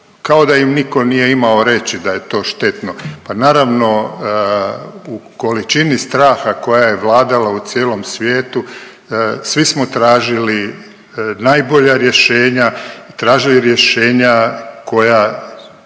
kao da im nitko nije imao reći da je to štetno, pa naravno, u količini straha koja je vladala u cijelom svijetu, svi smo tražili najbolja rješenja, tražili rješenja koja